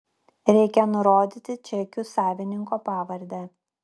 reikia nurodyti čekių savininko pavardę